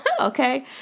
okay